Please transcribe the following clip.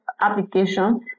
application